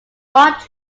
rock